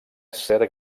cert